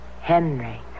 Henry